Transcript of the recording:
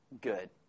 good